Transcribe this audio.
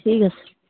ঠিক আছে